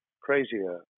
crazier